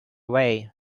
way